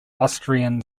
austrian